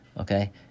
okay